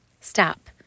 stop